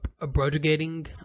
abrogating